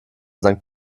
sankt